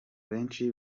benshi